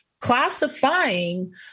classifying